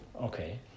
okay